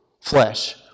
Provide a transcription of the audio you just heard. flesh